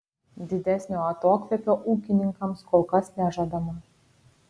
didesnio atokvėpio ūkininkams kol kas nežadama